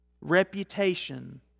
reputation